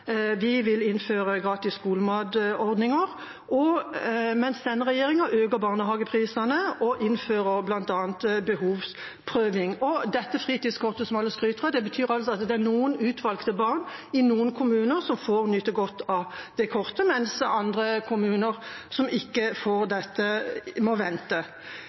Vi vil innføre gratis skolematordninger, mens denne regjeringa øker barnehageprisene og innfører bl.a. behovsprøving. Og dette fritidskortet som alle skryter av, betyr altså at det er noen utvalgte barn i noen kommuner som får nyte godt av det kortet, mens andre kommuner, som ikke får dette, må vente.